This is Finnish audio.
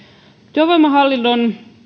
työvoimahallinnon